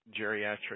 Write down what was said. geriatric